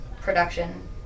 production